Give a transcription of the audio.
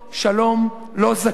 שלום, לא זכאי.